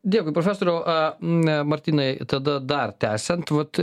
dėkui profesoriau a n martynai tada dar tęsiant vat